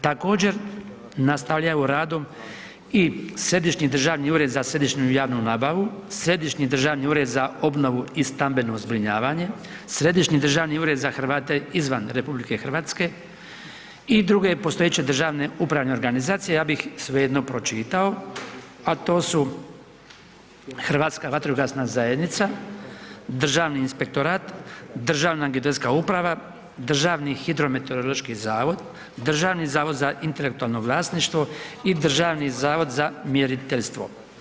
Također nastavljaju radom i Središnji državni ured za središnju i javnu nabavu, Središnji državni ured za obnovu i stambeno zbrinjavanje, Središnji državni ured za Hrvate izvan RH i druge postojeće državne upravne organizacije, ja bih svejedno pročitao, a to su: Hrvatska vatrogasna zajednica, Državni inspektorat, Državna geodetska uprava, Državni hidrometeorološki zavod, Državni zavod za intelektualno vlasništvo i Državni zavod za mjeriteljstvo.